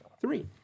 three